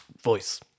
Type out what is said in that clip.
voice